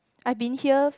I been here